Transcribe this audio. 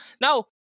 Now